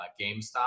GameStop